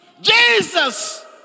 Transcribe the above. Jesus